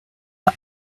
the